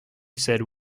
said